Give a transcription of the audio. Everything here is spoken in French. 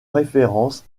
référence